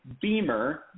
Beamer